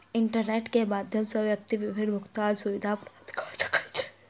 internet के माध्यम सॅ व्यक्ति विभिन्न भुगतान सुविधा प्राप्त कय सकै छै